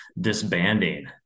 disbanding